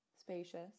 spacious